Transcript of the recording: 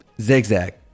zigzag